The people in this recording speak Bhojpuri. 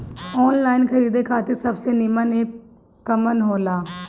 आनलाइन खरीदे खातिर सबसे नीमन एप कवन हो ला?